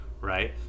right